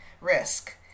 risk